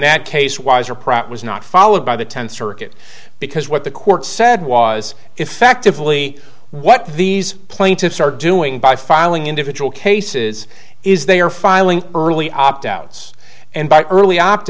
that case wiser prop was not followed by the tenth circuit because what the court said was effectively what these plaintiffs are doing by filing individual cases is they are filing early opt outs and by early opt